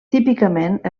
típicament